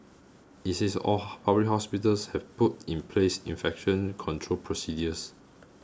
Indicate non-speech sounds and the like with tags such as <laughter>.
it says all <hesitation> hospitals have put in place infection control procedures